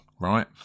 Right